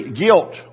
Guilt